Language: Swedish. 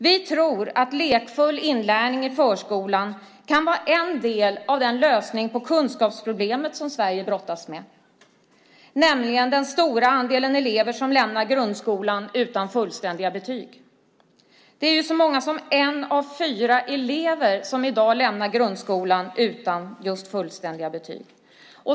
Vi tror att lekfull inlärning i förskolan kan vara en del av lösningen på det kunskapsproblem som Sverige brottas med, nämligen den stora andelen elever som lämnar grundskolan utan fullständiga betyg. Det är ju så många som en av fyra elever som i dag lämnar grundskolan utan fullständiga betyg.